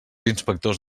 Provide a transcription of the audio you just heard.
inspectors